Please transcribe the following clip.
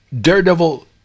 Daredevil